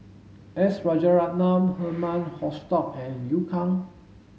S Rajaratnam Herman Hochstadt and Liu Kang